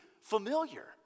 familiar